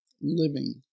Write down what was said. living